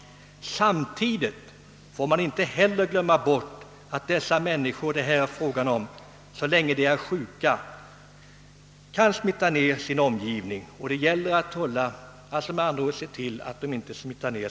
Vi skall inte heller glömma att de människor det här gäller så länge de är sjuka kan smitta ned sin omgivning, och det gäller därför att se till att detta inte sker.